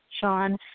Sean